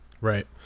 right